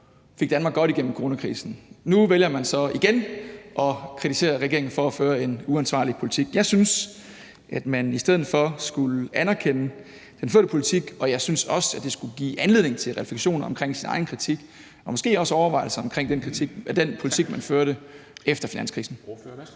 fik Danmark godt igennem coronakrisen. Nu vælger man så igen at kritisere regeringen for at føre en uansvarlig politik. Jeg synes, at man i stedet for skulle anerkende den førte politik, og jeg synes også, at det skulle give anledning til refleksioner omkring ens egen kritik og måske også overvejelser omkring den politik, man førte efter finanskrisen.